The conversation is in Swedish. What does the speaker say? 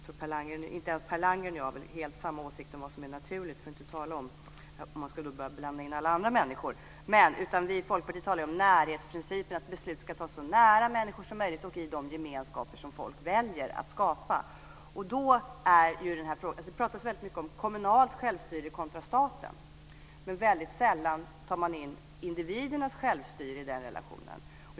Jag tror att inte ens Per Landgren och jag har helt samma åsikt om vad som är naturligt, för att inte tala om ifall man skulle börja blanda in alla andra människor. Vi i Folkpartiet talar ju om närhetsprincipen, att beslut ska fattas så nära människor som möjligt och i de gemenskaper som folk väljer att skapa. Det talas väldigt mycket om kommunalt självstyre kontra staten, men väldigt sällan tar man in individernas självstyre i den relationen.